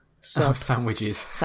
sandwiches